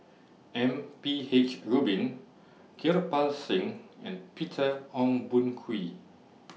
M P H Rubin Kirpal Singh and Peter Ong Boon Kwee